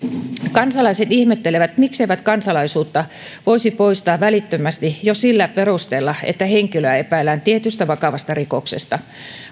kansalaiset ihmettelevät miksei kansalaisuutta voisi poistaa välittömästi jo sillä perusteella että henkilöä epäillään tietystä vakavasta rikoksesta